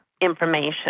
information